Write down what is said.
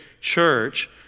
church